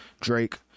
Drake